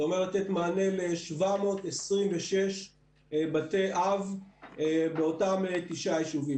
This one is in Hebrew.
זה אומר לתת מענה ל-726 בתי אב באותם תשעה יישובים.